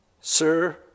sir